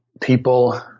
people